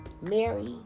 Mary